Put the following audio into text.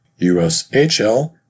USHL